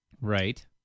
Right